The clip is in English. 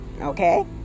okay